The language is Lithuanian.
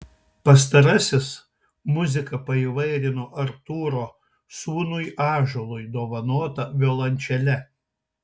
pastarasis muziką paįvairino artūro sūnui ąžuolui dovanota violončele